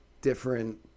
different